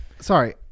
Sorry